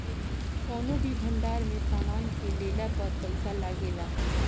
कौनो भी भंडार में सामान के लेला पर पैसा लागेला